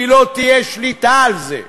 כי לא תהיה שליטה על זה,